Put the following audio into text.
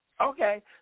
Okay